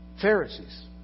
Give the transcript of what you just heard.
Pharisees